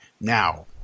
now